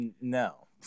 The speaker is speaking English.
no